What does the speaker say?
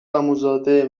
عموزاده